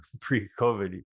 pre-COVID